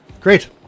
great